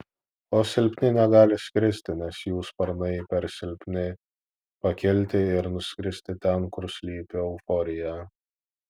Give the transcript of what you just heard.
o silpni negali skristi nes jų sparnai per silpni pakilti ir nuskristi ten kur slypi euforija